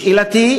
שאלתי,